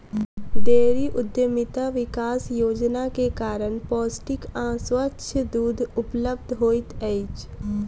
dairy उद्यमिता विकास योजना के कारण पौष्टिक आ स्वच्छ दूध उपलब्ध होइत अछि